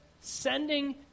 sending